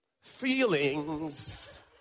feelings